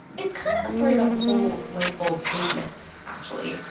it's kind of a story about the whole light bulb business, actually.